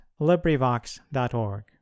LibriVox.org